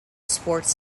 sports